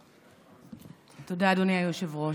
תודה, אדוני היושב-ראש.